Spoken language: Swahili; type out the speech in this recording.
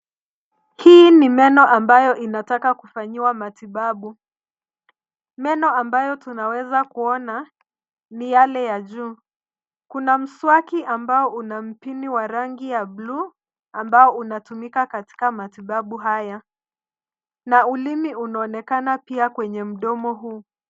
Hii ni meno ambayo inataka kufanyiwa matibabu. Meno ambayo tunaweza kuona ni yale ya juu kuna mswaki ambao una mpini wa rangi ya bluu ambao unatumika katika matibabu haya, na ulimi unaonekana pia kwenye mdomo huu.